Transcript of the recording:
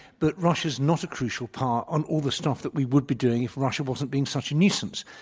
but russia's not a crucial part on all the stuff that we would be doing if russia wasn't being such a nuisance.